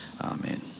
Amen